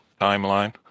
timeline